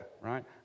right